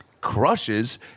crushes